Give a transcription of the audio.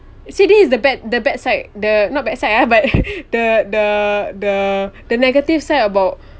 see this is the bad the bad side the not bad side err but the the the the negative side about